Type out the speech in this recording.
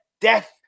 death